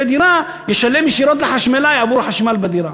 דירה ישלם ישירות לחשמלאי עבור החשמל בדירה,